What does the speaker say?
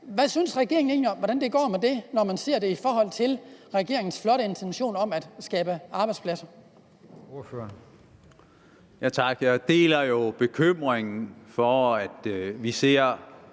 Hvad synes regeringen egentlig om, hvordan det går med det, når man ser det i forhold til regeringens flotte intention om at skabe arbejdspladser? Kl. 10:12 Formanden: Ordføreren.